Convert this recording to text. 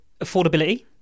Affordability